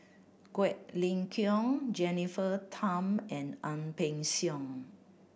Quek Ling Kiong Jennifer Tham and Ang Peng Siong